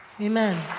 Amen